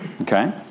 Okay